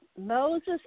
Moses